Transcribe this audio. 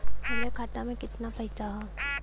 हमरे खाता में कितना पईसा हौ?